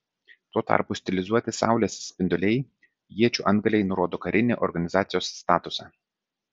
tuo tarpu stilizuoti saulės spinduliai iečių antgaliai nurodo karinį organizacijos statusą